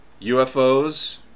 UFOs